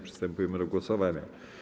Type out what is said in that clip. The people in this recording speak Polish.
Przystępujemy do głosowania.